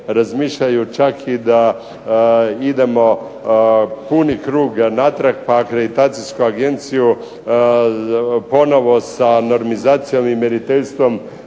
razmišljaju čak i da idemo puni krug natrag, pa akreditacijsku agenciju ponovo sa normizacijom i mjeriteljstvom